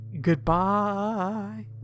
Goodbye